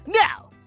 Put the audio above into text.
Now